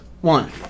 One